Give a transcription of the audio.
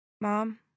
Mom